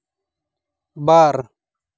ᱵᱟᱨ